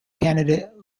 candidate